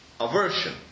Aversion